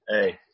Hey